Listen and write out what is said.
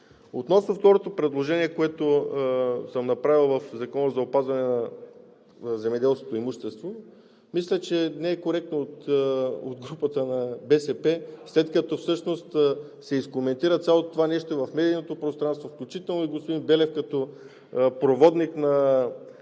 Относно второто предложение, което съм направил в Закона за опазване на селскостопанското имущество, мисля, че не е коректно от групата на БСП, след като се изкоментира цялото това нещо и в медийното пространство, включително и господин Белев като проводник на